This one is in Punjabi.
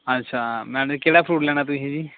ਅੱਛਾ ਮੈਡਮ ਜੀ ਕਿਹੜਾ ਫਰੂਟ ਲੈਣਾ ਤੁਸੀਂ ਜੀ